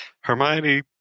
Hermione